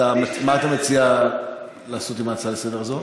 מה אתה מציע לעשות עם ההצעה הזאת?